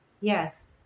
yes